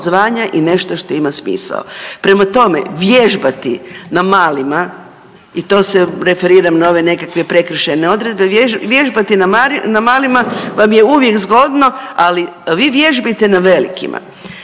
i nešto što ima smisao. Prema tome, vježbati na malima, i to se referiram na ove nekakve prekršajne odredbe, vježbati na malima vam je uvijek zgodno, ali vi vježbajte na velikima.